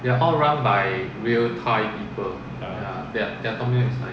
ya